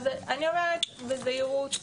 אני אומרת בזהירות,